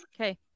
Okay